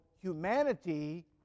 humanity